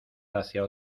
hacia